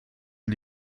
ein